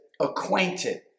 acquainted